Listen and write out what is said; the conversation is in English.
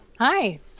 Hi